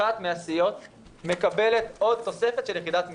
אחת מן הסיעות מקבלת עוד תוספת של יחידת מימון.